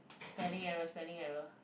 spelling error spelling error